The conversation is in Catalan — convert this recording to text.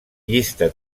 llista